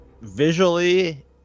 visually